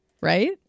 right